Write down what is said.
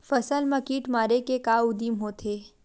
फसल मा कीट मारे के का उदिम होथे?